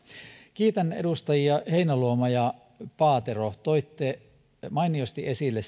kiitän edustajia heinäluoma ja paatero toitte mainiosti esille